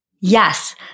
Yes